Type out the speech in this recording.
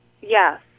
Yes